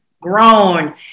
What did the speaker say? grown